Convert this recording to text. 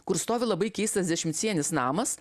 kur stovi labai keistas dešimtsienis namas